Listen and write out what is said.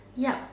yup